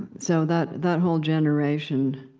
so, that that whole generation.